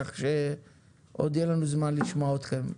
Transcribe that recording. כך שעוד יהיה לנו זמן לשמוע אתכם.